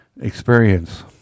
experience